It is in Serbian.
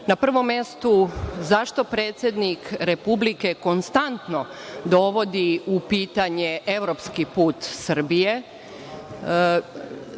prvom mestu, zašto predsednik Republike konstantno dovodi u pitanje evropski put Srbije,